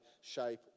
shape